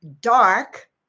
dark